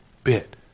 Bit